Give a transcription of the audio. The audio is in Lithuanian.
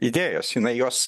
idėjos jinai jos